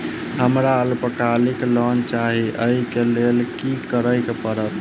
हमरा अल्पकालिक लोन चाहि अई केँ लेल की करऽ पड़त?